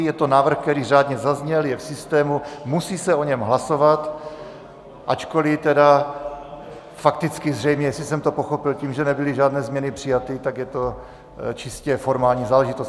Je to návrh, který řádně zazněl, je v systému, musí se o něm hlasovat, ačkoli fakticky zřejmě, jestli jsem to pochopil, tím, že nebyly žádné změny přijaty, tak je to čistě formální záležitost.